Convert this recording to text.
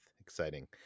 Exciting